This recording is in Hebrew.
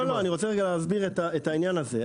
אני רוצה להסביר את העניין הזה.